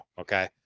Okay